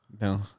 No